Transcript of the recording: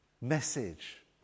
message